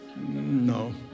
No